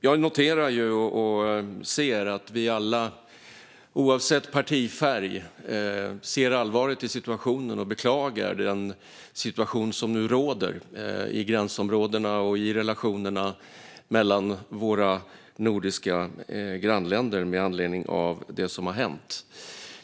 Jag noterar att vi alla oavsett partifärg ser allvaret i och beklagar den situation som nu råder i gränsområdena mellan och i relationerna med våra nordiska grannländer med anledning av det som har hänt.